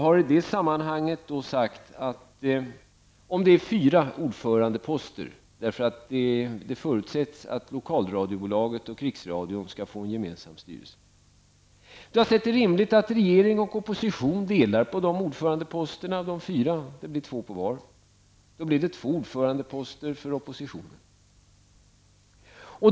I det sammanhanget har jag sagt, att om det är fyra ordförandeposter -- det förutsätts att Lokalradiobolaget och Krigsradion skall få en gemensam styrelse -- är det rimligt att regeringen och oppositionen delar på posterna. Det blir alltså två poster på var sida. Två ordförandeposter skulle alltså gå till oppositionen.